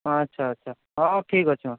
ହଁ ଆଚ୍ଛା ଆଚ୍ଛା ହଁ ଠିକ୍ ଅଛି ମାଆ